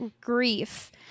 grief